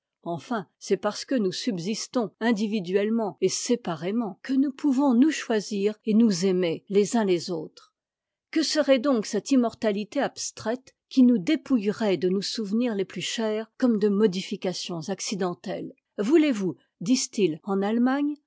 enfin c'est parce que nous subsistons individuellement et séparément que nous pouvons nous choisir et nous aimer les uns et les autres que serait donc cette immortalité abstraite qui nous dépouillerait de nos souvenirs les plus chers comme de modifications accidentelles voulez-vous disent-ils en allemagne